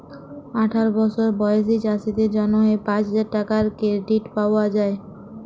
আঠার বসর বয়েসী চাষীদের জ্যনহে পাঁচ হাজার টাকার কেরডিট পাউয়া যায়